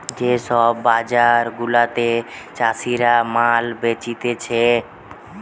যে সব বাজার গুলাতে চাষীরা মাল বেচতিছে